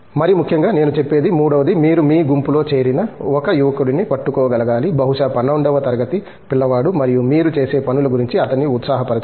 మరీ ముఖ్యంగా నేను చెప్పేది మూడవది మీరు మీ గుంపులో చేరిన ఒక యువకుడిని పట్టుకోగలగాలి బహుశా 12 వ తరగతి పిల్లవాడు మరియు మీరు చేసే పనుల గురించి అతన్ని ఉత్సాహపరచాలి